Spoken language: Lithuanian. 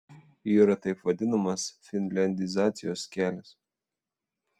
yra taip vadinamas finliandizacijos kelias